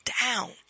down